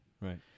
right